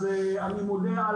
אז אני מודה,